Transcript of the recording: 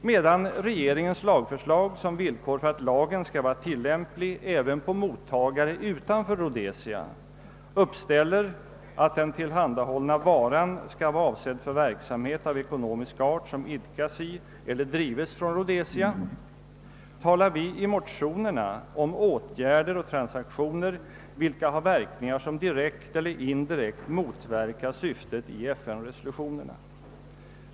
Medan regeringens lagförslag som villkor för att lagen skall vara tillämplig även på mottagare utanför Rhodesia uppställer, att den tillhandahållna varan skall vara avsedd för verksamhet av ekonomisk art som idkas i eller drives från Rhodesia, talar vi i motionerna om åtgärder och transaktioner, vilka har verkningar som direkt eller indirekt motverkar syftet i FN-resolutionerna.